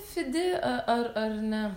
fidi a ar ar ne